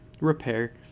repair